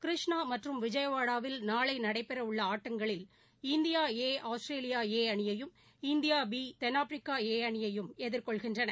கிருஷ்ணாமற்றும் விஜயவாடாவில் நாளைநடைபெறவுள்ள ஆட்டங்களில் இந்தியா ஏ ஆஸ்திரேலியா ஏ அனியையும் இந்தியா பி தென்னாப்பிரிக்கா ஏஅனியையும் எதிர்கொள்கின்றன